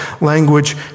language